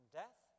death